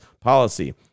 policy